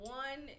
one